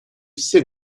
все